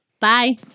bye